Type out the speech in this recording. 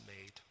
made